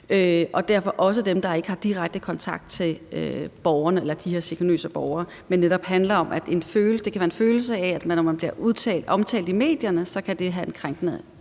og derfor også dem, der ikke har direkte kontakt til de her chikanøse borgere, men handler netop om, at det kan være en følelse af, at når man bliver omtalt i medierne, kan det opfattes krænkende.